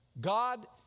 God